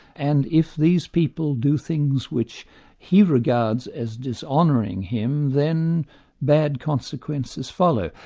and if these people do things which he regards as dishonouring him, then bad consequences follow.